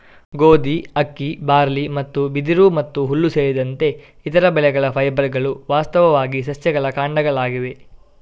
ಗೋಧಿ, ಅಕ್ಕಿ, ಬಾರ್ಲಿ ಮತ್ತು ಬಿದಿರು ಮತ್ತು ಹುಲ್ಲು ಸೇರಿದಂತೆ ಇತರ ಬೆಳೆಗಳ ಫೈಬರ್ಗಳು ವಾಸ್ತವವಾಗಿ ಸಸ್ಯಗಳ ಕಾಂಡಗಳಾಗಿವೆ